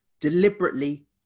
deliberately